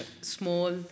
small